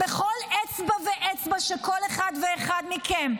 בכל אצבע ואצבע של כל אחד ואחד מכם,